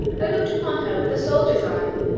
i looked upon her with a soldier's eye,